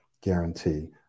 guarantee